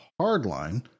Hardline